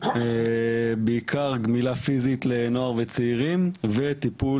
בעיקר גמילה פיזית לנוער וצעירים וטיפול